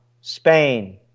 Spain